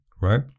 Right